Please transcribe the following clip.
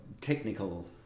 technical